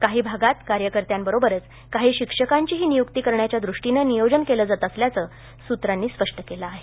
काही भागात कार्यकर्त्यांबरोबरच काही शिक्षकांचीही नियुक्ती करण्याच्या दृष्टीनं नियोजन केलं जात असल्याचं सूत्रांनी स्पष्ट केलं आहे